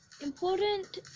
important